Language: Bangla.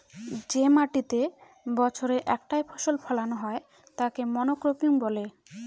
যে মাটিতেতে বছরে একটাই ফসল ফোলানো হয় তাকে মনোক্রপিং বলে